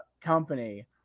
company